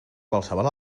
qualsevol